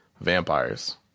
vampires